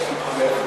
תודה.